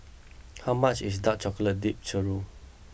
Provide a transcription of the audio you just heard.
how much is Dark Chocolate Dipped Churro